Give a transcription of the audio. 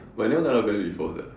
but I never kena banned before sia